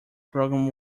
program